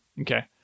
okay